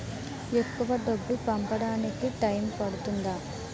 ఎక్కువ డబ్బు పంపడానికి టైం పడుతుందా?